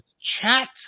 chat